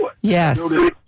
Yes